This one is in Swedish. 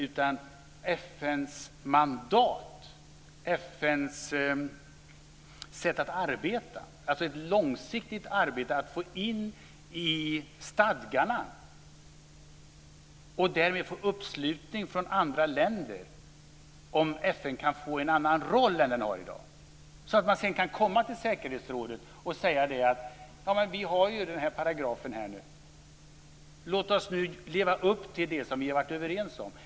Det gällde FN:s sätt att långsiktigt arbeta för att få in i stadgarna, och därmed få uppslutning från andra länder, att FN kan få en annan roll än den har i dag så att man kan komma till säkerhetsrådet och säga: Vi har ju paragrafen här, låt oss leva upp till det som vi har varit överens om.